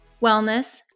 wellness